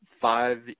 five